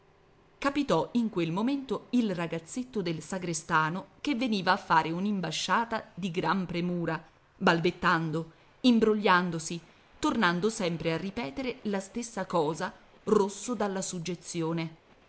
capitò in quel momento il ragazzetto del sagrestano che veniva a fare un'imbasciata di gran premura balbettando imbrogliandosi tornando sempre a ripetere la stessa cosa rosso dalla suggezione